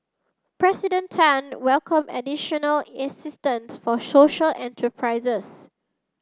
President Tan welcomed additional assistance for social enterprises